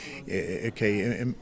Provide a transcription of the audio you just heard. okay